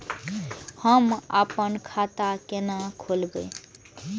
हम आपन खाता केना खोलेबे?